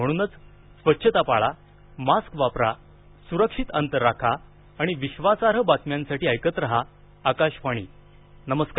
म्हणूनच स्वच्छता पाळा मास्क वापरा सुरक्षित अंतर राखा आणि विश्वासार्ह बातम्यांसाठी ऐकत राहा आकाशवाणी नमस्कार